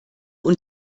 und